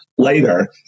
Later